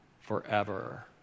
forever